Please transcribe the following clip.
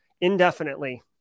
indefinitely